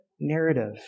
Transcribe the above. narrative